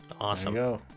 Awesome